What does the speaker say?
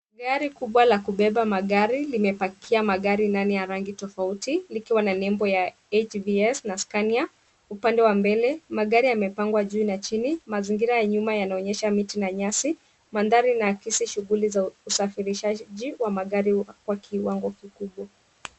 Gari kubwa la kubeba magari limepakia magari na ni ya rangi tofauti likiwa na nembo ya HVS na Scania upande wa mbele. Magari yamepangwa juu na chini. Mazingira ya nyuma yanaonyesha miti na nyasi. Mandhari inaakisi shughuli za usafirishaji wa magari kwa kiwango kikubwa.